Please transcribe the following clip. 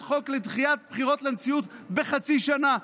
חוק לדחיית בחירות לנשיאות בחצי שנה,